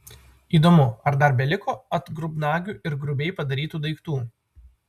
įdomu ar dar beliko atgrubnagių ir grubiai padarytų daiktų